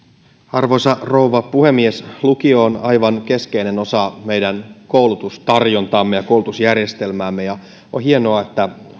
arvoisa rouva puhemies lukio on aivan keskeinen osa meidän koulutustarjontaamme ja koulutusjärjestelmäämme ja on hienoa että